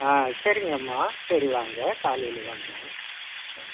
ஆ சரிங்கம்மா சரி வாங்க காலையில் வாங்க ம்